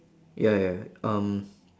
ya ya um